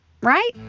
right